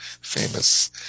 famous